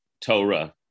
Torah